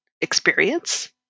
experience